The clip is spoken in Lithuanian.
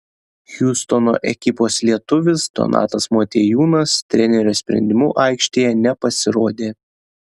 hjustono ekipos lietuvis donatas motiejūnas trenerio sprendimu aikštėje nepasirodė